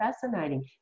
fascinating